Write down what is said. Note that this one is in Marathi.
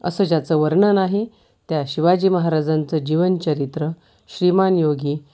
असं ज्याचं वर्णन आहे त्या शिवाजी महाराजांचं जीवनचरित्र श्रीमान योगी